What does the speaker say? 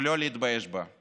ולא להתבייש בה.